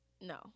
no